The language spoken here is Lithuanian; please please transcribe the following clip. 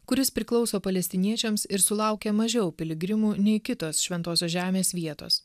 kuris priklauso palestiniečiams ir sulaukia mažiau piligrimų nei kitos šventosios žemės vietos